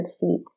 feet